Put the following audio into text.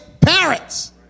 parents